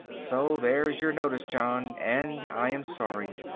so there's your notice, john, and i am sorry!